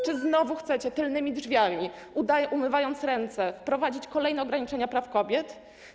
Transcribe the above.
Czy znowu chcecie tylnymi drzwiami, umywając ręce, wprowadzić kolejne ograniczenia praw kobiet?